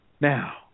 Now